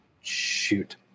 Shoot